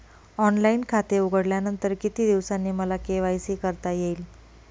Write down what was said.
Online खाते उघडल्यानंतर किती दिवसांनी मला के.वाय.सी करता येईल?